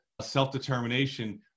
self-determination